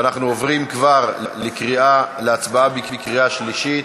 ואנחנו עוברים כבר להצבעה בקריאה שלישית.